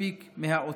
מספיק מהאוצר,